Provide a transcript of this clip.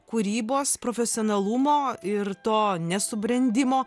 kūrybos profesionalumo ir to nesubrendimo